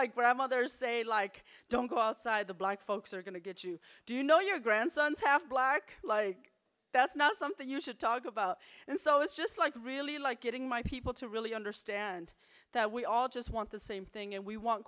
i'm other say like don't go outside the black folks are going to get you do you know your grandsons half black like that's not something you should talk about and so it's just like really like getting my people to really understand that we all just want the same thing and we want